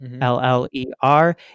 l-l-e-r